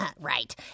right